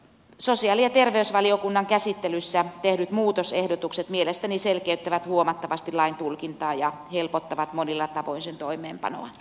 sosiaali ja terveysvaliokunnan käsittelyssä tehdyt muutosehdotukset mielestäni selkeyttävät huomattavasti lain tulkintaa ja helpottavat monilla tavoin sen toimeenpanoa